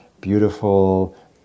beautiful